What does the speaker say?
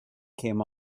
came